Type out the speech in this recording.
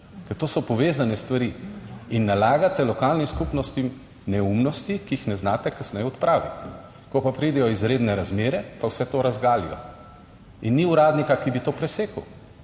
ker to so povezane stvari. In nalagate lokalnim skupnostim neumnosti, ki jih ne znate kasneje odpraviti. Ko pa pridejo izredne razmere pa vse to razgalijo in ni uradnika, ki bi to presekal.